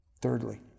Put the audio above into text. Thirdly